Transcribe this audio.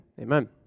amen